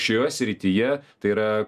šioje srityje tai yra